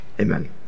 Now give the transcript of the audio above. amen